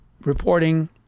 reporting